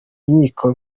inkiko